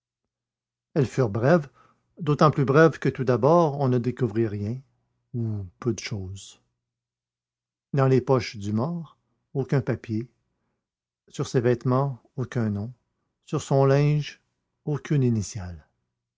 elles furent brèves d'autant plus brèves que tout d'abord on ne découvrit rien ou peu de chose dans les poches du mort aucun papier sur ses vêtements aucun nom sur son linge aucune initiale